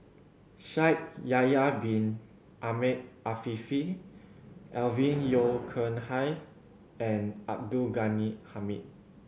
Shaikh Yahya Bin Ahmed Afifi Alvin Yeo Khirn Hai and Abdul Ghani Hamid